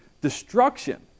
Destruction